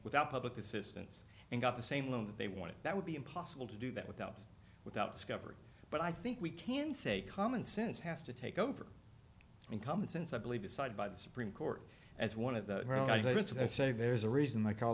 without public assistance and got the same loan that they wanted that would be impossible to do that without without discovery but i think we can say commonsense has to take over and common sense i believe decided by the supreme court as one of the events and i say there's a reason i call